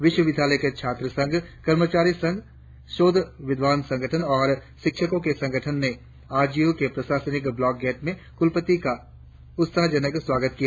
विश्वविद्यालय के छात्र संघ कर्मचारी संघ शोध विद्वानों संगठन और शिक्षकों के संगठन ने आर जी यू के प्रशासनिक ब्लॉक गेट में नए कुलपति का उत्साहजनक स्वागत किया